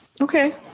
Okay